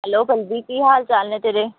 hello ਬੰਬੀ ਕੀ ਹਾਲ ਚਾਲ ਨੇ ਤੇਰੇ